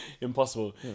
impossible